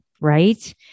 right